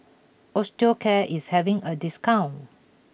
Osteocare is having a discount